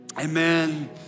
amen